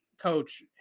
coach